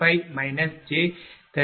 1167